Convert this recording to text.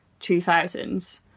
2000s